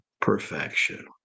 perfection